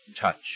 touch